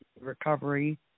recovery